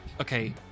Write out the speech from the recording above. Okay